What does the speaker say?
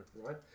right